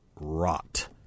rot